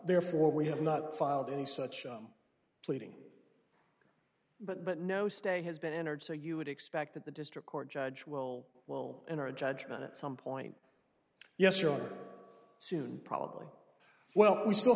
therefore we have not filed any such pleading but no stay has been entered so you would expect that the district court judge will well in our judgment at some point yes or soon probably well we still